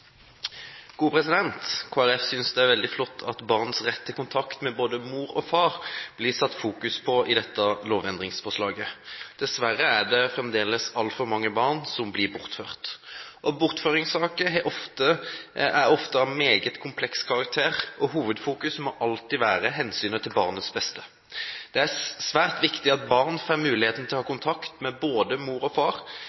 veldig flott at barns rett til kontakt med både mor og far blir satt fokus på i dette lovendringsforslaget. Dessverre er det altfor mange barn som blir bortført. Bortføringssaker er ofte av meget kompleks karakter, og hovedfokuset må alltid være hensynet til barns beste. Det er svært viktig at barn får muligheten til å ha